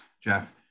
Jeff